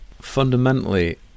fundamentally